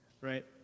right